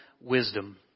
wisdom